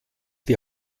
die